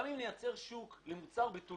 גם אם נייצר שוק עם מוצר בתולי,